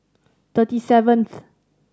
thirty seventh